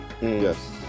Yes